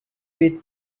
with